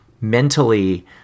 mentally